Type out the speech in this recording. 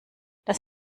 das